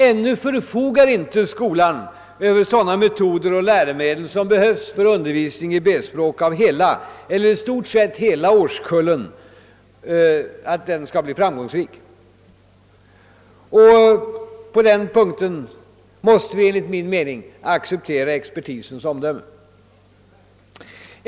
Ännu förfogar inte skolan över sådana metoder och läromedel som behövs för att undervisningen i B-språk av i stort sett hela årskullen skall bli framgångsrik. På den punkten måste vi enligt min mening acceptera expertisens omdöme.